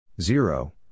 Zero